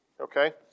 okay